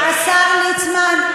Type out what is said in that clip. השר ליצמן,